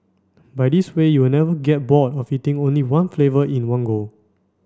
by this way you will never get bored of eating only one flavour in one go